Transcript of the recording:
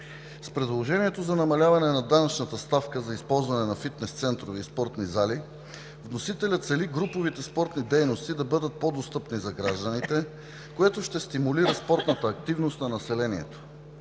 С предложението за намаляване на данъчната ставка за използване на фитнес центрове и спортни зали вносителят цели груповите спортни дейности да бъдат по-достъпни за гражданите, което ще стимулира спортната активност на населението.